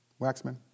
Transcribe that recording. Waxman